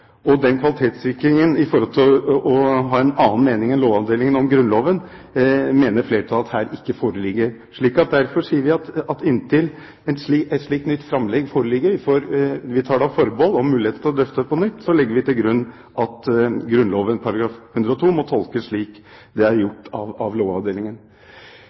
Den kvalitetssikringen med hensyn til å ha en annen mening enn Lovavdelingen om Grunnloven, mener flertallet ikke foreligger her. Derfor sier vi at inntil et slikt nytt framlegg foreligger – vi tar da forbehold om muligheten til å drøfte det på nytt – legger vi til grunn at Grunnloven § 102 må tolkes slik det er gjort av Lovavdelingen.